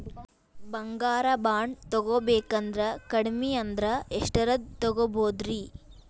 ಬಂಗಾರ ಬಾಂಡ್ ತೊಗೋಬೇಕಂದ್ರ ಕಡಮಿ ಅಂದ್ರ ಎಷ್ಟರದ್ ತೊಗೊಬೋದ್ರಿ?